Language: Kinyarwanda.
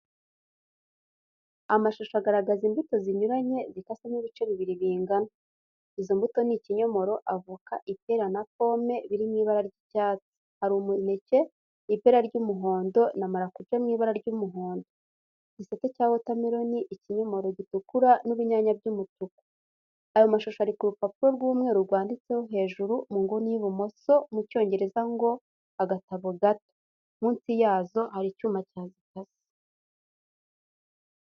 Amashusho agaragaza imbuto zinyuranye zikasemo ibice bibiri bingana. Izo mbuto ni ikinyomoro, avoka, ipera na pome biri mu ibara ry'icyatsi, hari umuneke, ipera ry'umuhondo na marakuja mu ibara n'umuhondo, igisate cya wotameroni, ikinyomoro gitukura n'urunyanya by'umutuku. Ayo mashusho ari ku rupapuro rw'umweru rwanditseho hejuru mu nguni y'ibumoso, mu cyongereza ngo "Agatabo gato". Munsi yazo hari icyuma cyazikase.